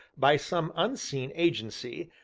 by some unseen agency,